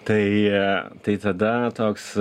tai tai tada toks